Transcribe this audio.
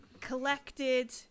collected